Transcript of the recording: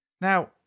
Now